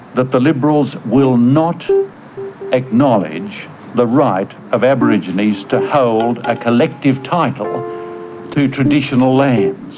that the liberals will not acknowledge the right of aborigines to hold a collective title to traditional lands.